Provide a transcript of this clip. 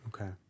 Okay